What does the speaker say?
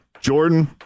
Jordan